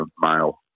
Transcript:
male